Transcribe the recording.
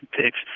picks